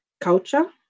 culture